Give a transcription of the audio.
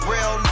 Real